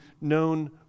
known